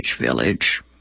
Village